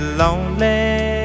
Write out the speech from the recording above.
lonely